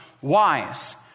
wise